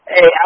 Hey